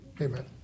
Amen